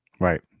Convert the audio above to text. right